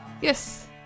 Yes